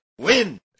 win